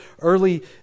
early